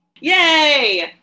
Yay